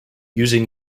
using